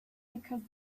because